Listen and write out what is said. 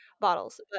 Bottles